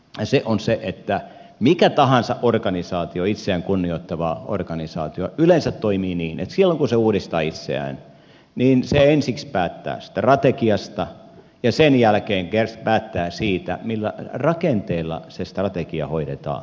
se on se että mikä tahansa organisaatio itseään kunnioittava organisaatio yleensä toimii niin että silloin kun se uudistaa itseään niin se ensiksi päättää strategiasta ja sen jälkeen päättää siitä millä rakenteella se strategia hoidetaan